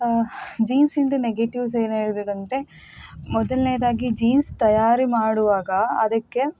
ಜೀನ್ಸಿಂದು negatives ಏನು ಹೇಳ್ಬೇಕೆಂದರೆ ಮೊದಲನೇದಾಗಿ ಜೀನ್ಸ್ ತಯಾರಿ ಮಾಡುವಾಗ ಅದಕ್ಕೆ